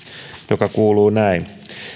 joka kuuluu näin